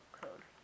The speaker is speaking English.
code